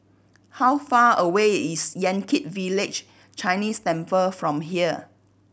how far away is Yan Kit Village Chinese Temple from here